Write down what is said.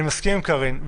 אני מסכים עם קארין.